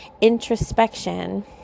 introspection